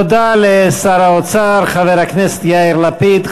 לא, תודה לשר האוצר חבר הכנסת יאיר לפיד.